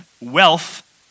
wealth